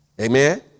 Amen